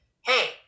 hey